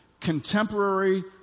contemporary